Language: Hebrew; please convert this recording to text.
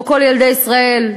כמו לכל ילדי ישראל,